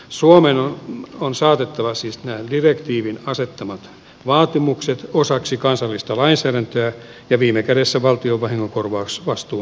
suomen on saatettava siis nämä direktiivin asettamat vaatimukset osaksi kansallista lainsäädäntöä ja viime kädessä valtion vahingonkorvausvastuun uhalla